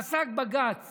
פסק בג"ץ